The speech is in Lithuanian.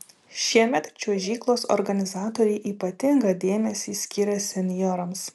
šiemet čiuožyklos organizatoriai ypatingą dėmesį skiria senjorams